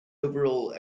overall